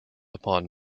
upon